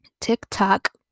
TikTok